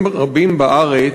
ביישובים רבים בארץ,